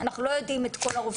אנחנו לא יודעים את כל הרופאים.